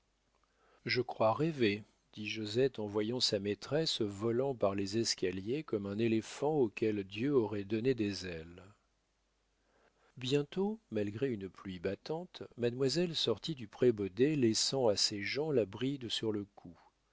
je crois rêver dit josette en voyant sa maîtresse volant par les escaliers comme un éléphant auquel dieu aurait donné des ailes bientôt malgré une pluie battante mademoiselle sortit du prébaudet laissant à ses gens la bride sur le cou